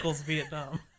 Vietnam